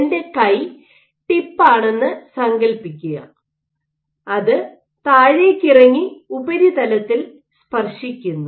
എന്റെ കൈ ടിപ്പാണെന്ന് സങ്കൽപ്പിക്കുക അത് താഴേക്കിറങ്ങി ഉപരിതലത്തിൽ സ്പർശിക്കുന്നു